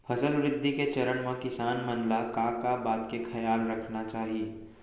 फसल वृद्धि के चरण म किसान मन ला का का बात के खयाल रखना चाही?